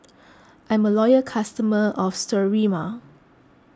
I'm a loyal customer of Sterimar